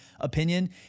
opinion